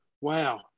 wow